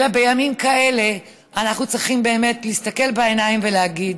אלא שבימים כאלה אנחנו צריכים באמת להסתכל בעיניים ולהגיד: